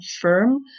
firm